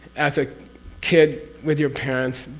as a kid with your parents,